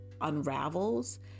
unravels